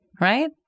Right